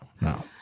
no